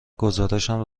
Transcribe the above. گزارشم